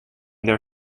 their